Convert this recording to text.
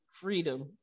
freedom